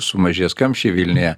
sumažės kamščiai vilniuje